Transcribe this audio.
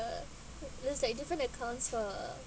uh looks like a different account for